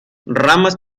ramas